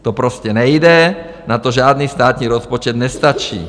To prostě nejde, na to žádný státní rozpočet nestačí.